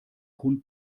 hund